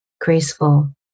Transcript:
graceful